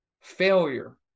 failure